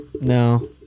No